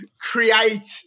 create